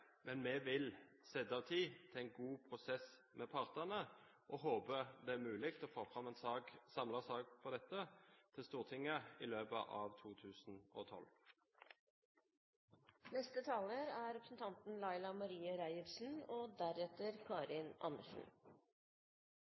men vi vil sette av tid til en god prosess med partene og håper det er mulig å få fram en samlet sak om dette til Stortinget i løpet av